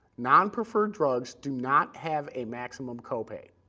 non-preferred drugs do not have a maximum copay.